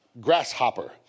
grasshopper